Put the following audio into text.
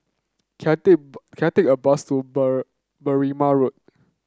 can can I take a bus to Berrima Road